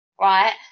right